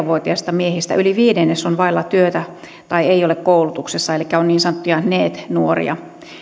vuotiaista miehistä yli viidennes on vailla työtä tai ei ole koulutuksessa elikkä on niin sanottuja neet nuoria